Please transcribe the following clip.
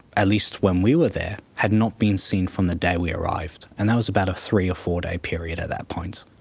at least when we were there, had not been seen from the day we arrived. and that was about a three or four day period at that point.